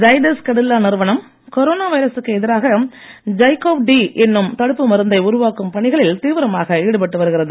Zydus Cadila நிறுவனம் corona வைரசுக்கு எதிராக ஜைக்கோவ் டி என்னும் தடுப்பு மருந்தை உருவாக்கும் பணிகளில் தீவிரமாக ஈடுபட்டு வருகிறது